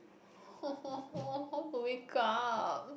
how to wake up